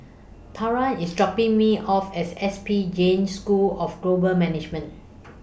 Tarah IS dropping Me off as S P Jain School of Global Management